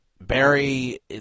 Barry